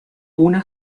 una